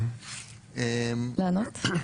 לענות?